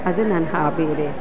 ಅದು ನನ್ನ ಹಾಬಿ ರೀ